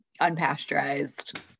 unpasteurized